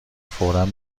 فورا